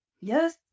Yes